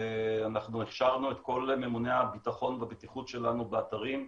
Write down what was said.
אנחנו הכשרנו את כל ממוני הביטחון והבטיחות שלנו באתרים,